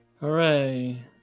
Hooray